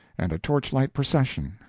and a torch-light procession,